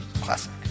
classic